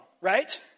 Right